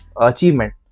achievement